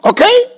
Okay